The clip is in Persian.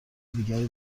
دیگری